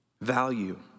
value